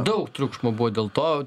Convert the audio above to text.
daug triukšmo buvo dėl to